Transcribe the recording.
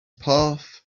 path